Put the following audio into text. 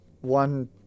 one